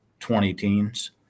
20-teens